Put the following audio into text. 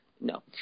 no